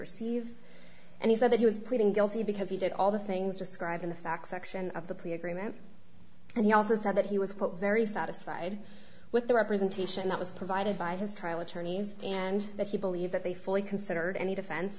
receive and he said that he was pleading guilty because he did all the things described in the fax section of the plea agreement and he also said that he was very satisfied with the representation that was provided by his trial attorneys and that he believed that they fully considered any defen